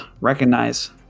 recognize